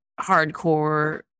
hardcore